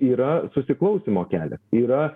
yra susiklausymo kelias yra